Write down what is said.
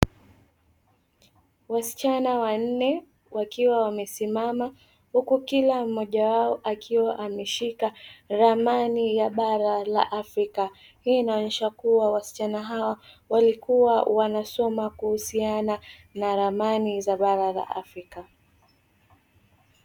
Wasichana wanne wakiwa wamesimama huku kila mmoja wao akiwa ameshika ramani ya bara la Afrika, hiyo inaonyesha kuwa wasichana hao walikuwa wakisoma ramani za bara la Afrika.